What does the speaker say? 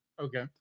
okay